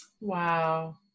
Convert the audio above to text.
Wow